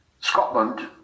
Scotland